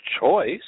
choice